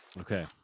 Okay